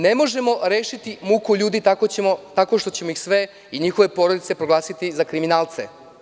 Ne možemo rešiti muku ljudi tako što ćemo ih sve, i njihove porodice, proglasiti za kriminalce.